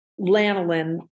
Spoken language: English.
lanolin